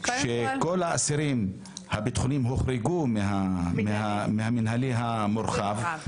שכל האסירים הביטחוניים הוחרגו מהמנהלי המורחב.